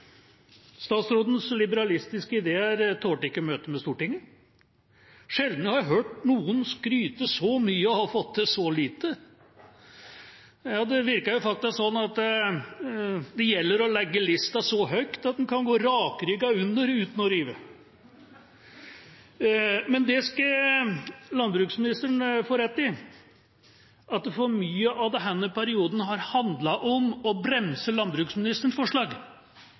Statsrådens liberalistiske ideer tålte ikke møtet med Stortinget. Sjelden har jeg hørt noen skryte så mye og ha fått til så lite. Det virker faktisk som om det gjelder å legge lista så høyt at man kan gå rakrygget under uten å rive. Men landbruksministeren skal få rett i at for mye av denne perioden har handlet om å bremse landbruksministerens forslag.